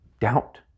doubt